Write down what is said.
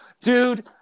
Dude